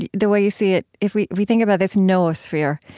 the the way you see it, if we we think about this noosphere,